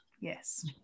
Yes